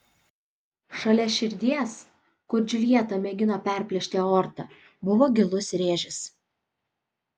šalia širdies kur džiuljeta mėgino perplėšti aortą buvo gilus rėžis